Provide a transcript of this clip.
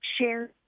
share